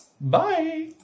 Bye